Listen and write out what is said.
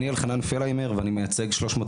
אני אלחנן פלהיימר ואני מייצג שלוש מאות